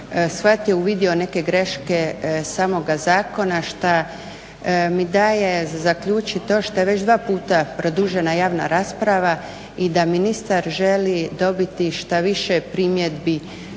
shvatio, uvidio neke greške samoga zakona šta mi daje za zaključiti to što je već dva puta produžena javna rasprava i da ministar želi dobiti što više primjedbi